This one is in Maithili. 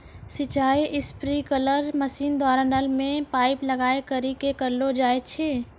सिंचाई स्प्रिंकलर मसीन द्वारा नल मे पाइप लगाय करि क करलो जाय छै